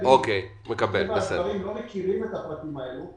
חלק מהחיילים לא מכירים את הפרטים האלה.